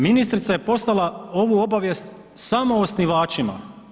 Ministrica je poslala ovu obavijest samo osnivačima.